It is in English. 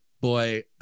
boy